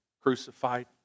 crucified